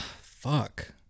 Fuck